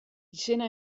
izena